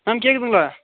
ma'am கேட்குதுங்களா